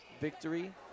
victory